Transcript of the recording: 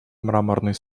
мраморный